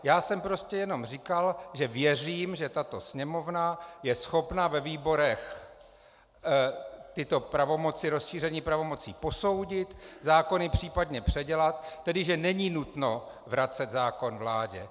Já jsem prostě jenom říkal, že věřím, že tato Sněmovna je schopna ve výborech tyto pravomoci, rozšíření pravomocí posoudit, zákony případně předělat, tedy že není nutno vracet zákon vládě.